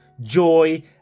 joy